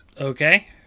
Okay